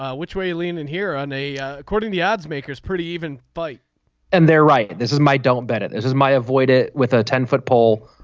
ah which way you lean in here on a according the oddsmakers pretty even bite and they're right. this is my don't bet it. this is my avoid it with a ten foot pole.